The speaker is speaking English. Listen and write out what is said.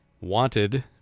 Wanted